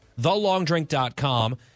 TheLongDrink.com